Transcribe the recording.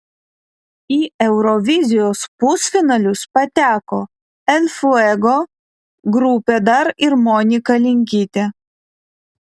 į eurovizijos pusfinalius pateko el fuego grupė dar ir monika linkytė